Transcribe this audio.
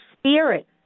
spirit